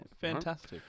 Fantastic